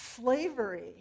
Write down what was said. slavery